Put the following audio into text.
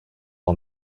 all